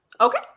Okay